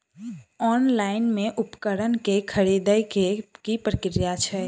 Online मे उपकरण केँ खरीदय केँ की प्रक्रिया छै?